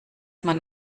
man